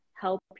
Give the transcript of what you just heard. help